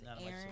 Aaron